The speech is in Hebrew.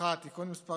במשפחה (תיקון מס'